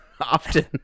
Often